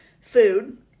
Food